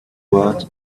word